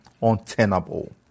untenable